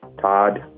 Todd